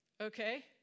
Okay